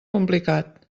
complicat